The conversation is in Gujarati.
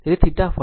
તેથી θ ફરે છે